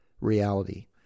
reality